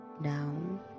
Down